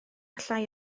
llai